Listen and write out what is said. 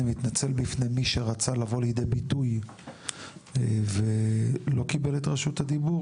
אני מתנצל בפני מי שרצה לבוא לידי ביטוי ולא קיבל את רשות הדיבור,